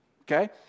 okay